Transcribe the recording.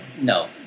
No